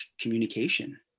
communication